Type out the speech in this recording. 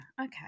Okay